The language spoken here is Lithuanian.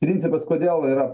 principas kodėl yra